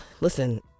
Listen